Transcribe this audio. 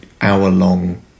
hour-long